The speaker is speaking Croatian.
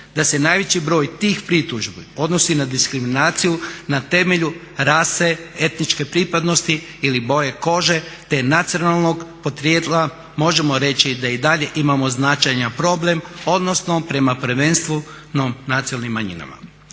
da se najveći broj tih pritužbi odnosi na diskriminaciju na temelju rase etničke pripadnosti ili boje kože te nacionalnog podrijetla, možemo reći da i dalje imamo značajan problem, odnosno prema prvenstveno nacionalnim manjinama.